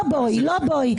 לא "בואי".